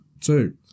Two